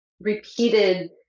repeated